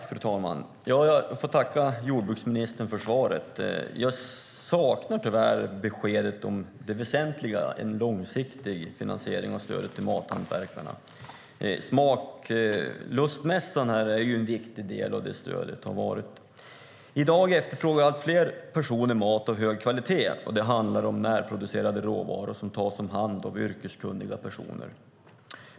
Fru talman! Jag får tacka landsbygdsministern för svaret. Jag saknar tyvärr besked om det väsentliga, en långsiktig finansiering av stödet till mathantverkarna. Smaklustmässan har varit en viktig del av det stödet. I dag efterfrågar allt fler personer mat av hög kvalitet. Det handlar om närproducerade råvaror som tas om hand av yrkeskunniga personer.